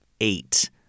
eight